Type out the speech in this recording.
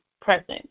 present